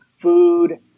food